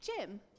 jim